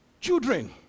children